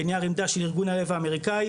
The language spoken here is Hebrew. בנייר עמדה של ארגון הלב האמריקאי,